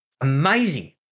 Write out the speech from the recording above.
amazing